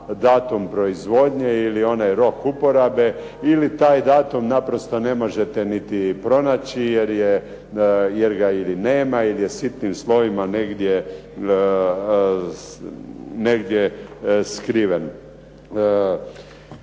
datum proizvodnje ili onaj rok uporabe ili taj datum naprosto ne možete niti pronaći jer ga ili nema ili je sitnim slovima negdje skriven.